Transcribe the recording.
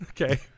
okay